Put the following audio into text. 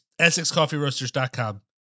EssexCoffeeRoasters.com